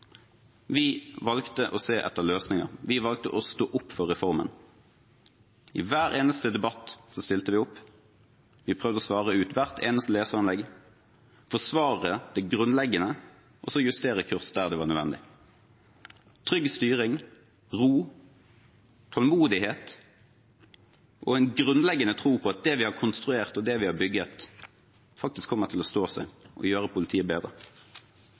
Vi valgte å se etter løsninger. Vi valgte å stå opp for reformen. I hver eneste debatt stilte vi opp. Vi prøvde å svare ut hvert eneste leserinnlegg, forsvare det grunnleggende, og så justere kurs der det var nødvendig – trygg styring, ro, tålmodighet og en grunnleggende tro på at det vi har konstruert, og det vi har bygget, faktisk kommer til å stå seg og gjøre politiet bedre.